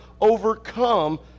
overcome